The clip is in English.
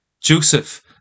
Joseph